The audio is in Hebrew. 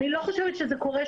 כן, חשוב לשמוע.